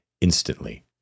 instantly